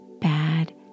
bad